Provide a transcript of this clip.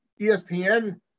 espn